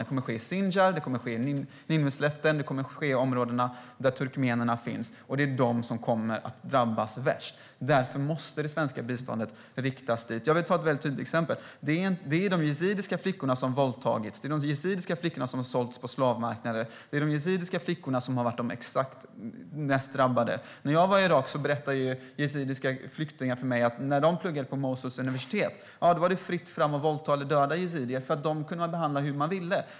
Den kommer att ske i Sinjar, på Nineveslätten eller i områdena där turkmenerna finns. Det är de som kommer att drabbas värst. Därför måste det svenska biståndet riktas dit. Jag vill ta upp ett väldigt tydligt exempel. Det är de yazidiska flickorna som våldtagits. De är de yazidiska flickorna som har sålts på slavmarknader. Det är de yazidiska flickorna som har varit de mest drabbade. När jag var i Irak berätta yazidiska flyktingar för mig att när de pluggade på Mosuls universitet var det fritt fram att våldta eller döda yazidier, eftersom man kunde behandla dem hur man ville.